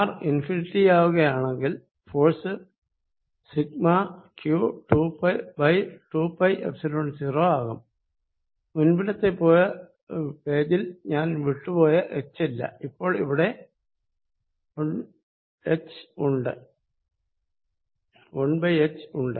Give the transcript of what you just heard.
Rഇൻഫിനിറ്റിയാകുകയാണെങ്കിൽ force σq2πϵ0 ആകും മുൻപിലത്തെ പേജിൽ ഞാൻ വിട്ടു പോയ h ഇല്ല അപ്പോൾ ഇവിടെ 1 h ഉണ്ട്